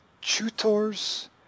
tutors